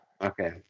okay